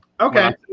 okay